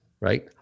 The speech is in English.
right